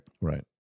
Right